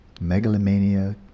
Megalomania